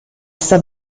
sta